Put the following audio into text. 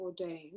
ordained